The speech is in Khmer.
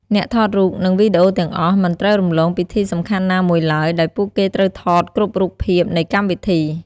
អ្នកថតរូប និងវីដេអូទាំងអស់មិនត្រូវរំលងពិធីសំខាន់ណាមួយឡើយ ដោយពួកគេត្រូវថតគ្រប់រូបភាពនៃកម្មវីធី។